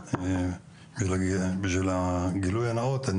בשביל גילוי הנאות,